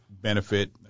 benefit